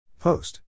Post